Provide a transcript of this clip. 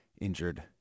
injured